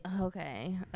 okay